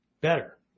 Better